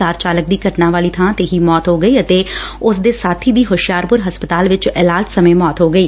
ਕਾਰ ਚਾਲਕ ਦੀ ਘਟਨਾ ਵਾਲੀ ਬਾਂ ਤੇ ਹੀ ਮੌਤ ਹੋ ਗਈ ਅਤੇ ਉਸ ਦੇ ਸਾਥੀ ਦੀ ਹੁਸ਼ਿਆਰਪੁਰ ਹਸਪਤਾਲ ਚ ਇਲਾਜ ਸਮੇ ਮੌਤ ਹੋ ਗਈ